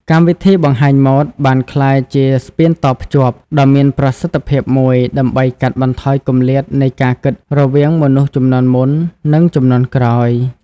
កម្មវិធីបង្ហាញម៉ូដបានក្លាយជា ស្ពានតភ្ជាប់ ដ៏មានប្រសិទ្ធភាពមួយ ដើម្បីកាត់បន្ថយគម្លាតនៃការគិតរវាងមនុស្សជំនាន់មុន និងជំនាន់ក្រោយ។